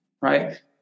right